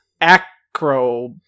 Acro